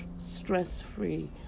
stress-free